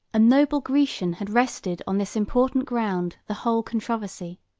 a noble grecian had rested on this important ground the whole controversy,